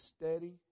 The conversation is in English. steady